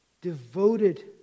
devoted